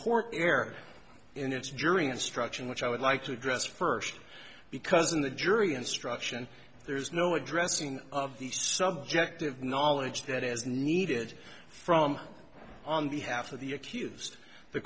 court err in its during instruction which i would like to address first because in the jury instruction there is no addressing of the subject of knowledge that is needed from on behalf of the accused the